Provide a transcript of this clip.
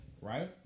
Right